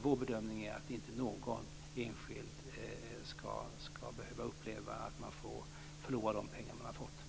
Vår bedömning är att någon enskild inte skall behöva uppleva att man förlorar de pengar som man har fått.